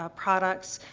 ah products.